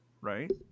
Right